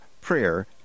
prayer